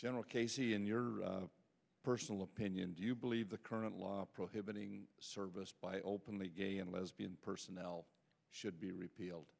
general casey in your personal opinion do you believe the current law prohibiting service by openly gay and lesbian personnel should be repealed